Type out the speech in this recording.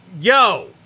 yo